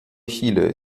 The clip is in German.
chile